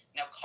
Now